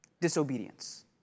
Disobedience